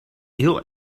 heel